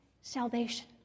Salvation